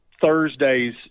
Thursday's